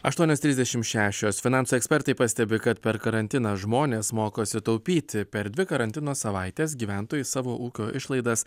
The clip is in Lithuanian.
aštuonios trisdešimt šešios finansų ekspertai pastebi kad per karantiną žmonės mokosi taupyti per dvi karantino savaites gyventojai savo ūkio išlaidas